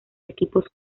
equipos